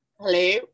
Hello